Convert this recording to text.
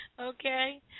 Okay